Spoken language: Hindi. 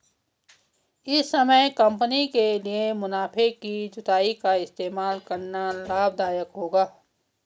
इस समय कंपनी के लिए मुनाफे की जुताई का इस्तेमाल करना लाभ दायक होगा